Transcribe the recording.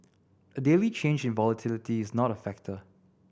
a daily change in volatility is not a factor